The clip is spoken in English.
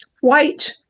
white